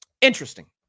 Interesting